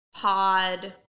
pod